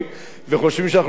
אדוני השר,